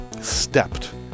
stepped